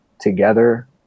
together